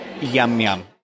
yum-yum